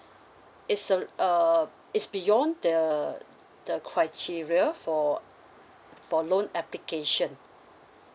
it's a uh it's beyond the the criteria for for loan application